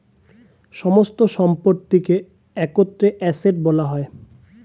সমস্ত সম্পত্তিকে একত্রে অ্যাসেট্ বলা হয়